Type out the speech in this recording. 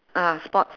ah sports